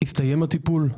הסתיים הטיפול?